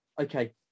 Okay